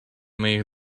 моих